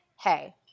hey